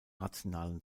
rationalen